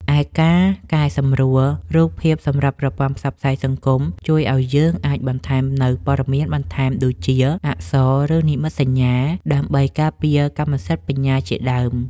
ឯការកែសម្រួលរូបភាពសម្រាប់ប្រព័ន្ធផ្សព្វផ្សាយសង្គមជួយឱ្យយើងអាចបន្ថែមនូវព័ត៌មានបន្ថែមដូចជា អក្សរ ឬ និមិត្តសញ្ញា ដើម្បីការពារកម្មសិទ្ធិបញ្ញាជាដើម។